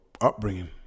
upbringing